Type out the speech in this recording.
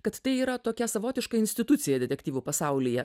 kad tai yra tokia savotiška institucija detektyvų pasaulyje